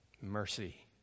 Mercy